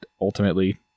ultimately